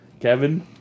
Kevin